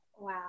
Wow